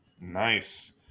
Nice